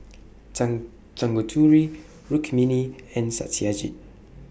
Tang Tanguturi Rukmini and Satyajit